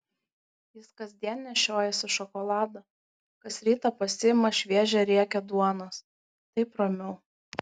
jis kasdien nešiojasi šokoladą kas rytą pasiima šviežią riekę duonos taip ramiau